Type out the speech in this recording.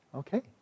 Okay